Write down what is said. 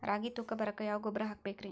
ರಾಗಿ ತೂಕ ಬರಕ್ಕ ಯಾವ ಗೊಬ್ಬರ ಹಾಕಬೇಕ್ರಿ?